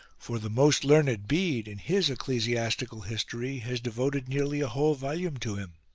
for the most learned bede in his ecclesiastical history has devoted nearly a whole volume to him.